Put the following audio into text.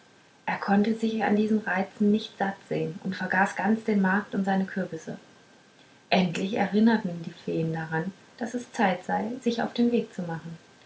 er konnte sich an diesen reizen nicht satt sehen und vergaß ganz den markt und seine kürbisse endlich erinnerten die feen daran daß es zeit sei sich auf den weg zu machen